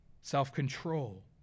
self-control